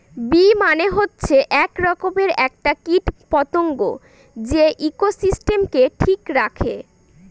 bee মানে হচ্ছে এক রকমের একটা কীট পতঙ্গ যে ইকোসিস্টেমকে ঠিক রাখে